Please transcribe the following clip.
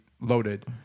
loaded